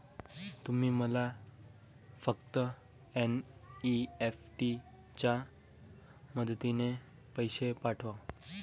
तुम्ही मला फक्त एन.ई.एफ.टी च्या मदतीने पैसे पाठवा